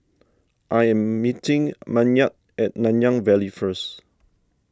I am meeting Maynard at Nanyang Valley first